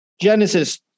Genesis